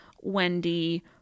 Wendy